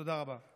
תודה רבה.